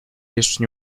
jeszcze